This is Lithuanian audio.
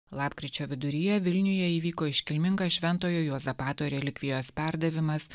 lapkričio viduryje vilniuje įvyko iškilminga šventojo juozapato relikvijos perdavimas